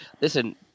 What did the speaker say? Listen